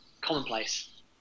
commonplace